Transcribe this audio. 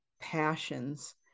passions